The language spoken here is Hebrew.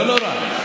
לא נורא.